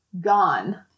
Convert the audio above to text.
gone